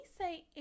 say